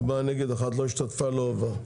ארבעה נגד, אחת לא השתתפה, לא עבר.